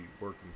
working